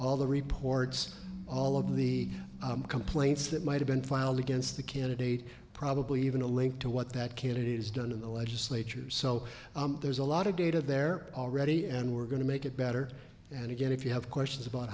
all the reports all of the complaints that might have been filed against the candidate probably even a link to what that candidate has done in the legislature so there's a lot of data there already and we're going to make it better and again if you have questions about